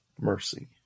mercy